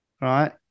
right